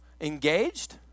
engaged